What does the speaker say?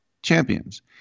Champions